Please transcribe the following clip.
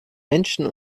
menschen